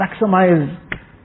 maximize